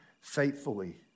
faithfully